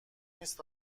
نیست